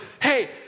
hey